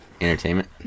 Entertainment